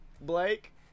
Blake